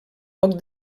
poc